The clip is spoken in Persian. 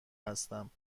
هستم